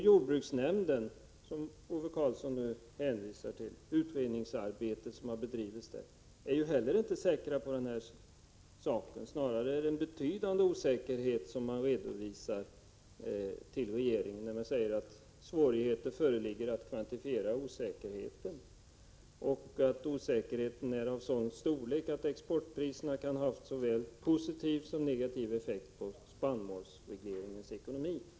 Jordbruksnämnden, som Ove Karlsson hänvisar till, är inte heller säker på den här saken. Snarare är det en betydande osäkerhet som redovisas till regeringen när jordbruksnämnden säger att svårigheter föreligger att kvantifiera osäkerheten och att osäkerheten är så stor att exportpriserna kan ha haft såväl positiv som negativ effekt på spannmålsregleringens ekonomi.